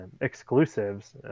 exclusives